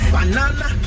Banana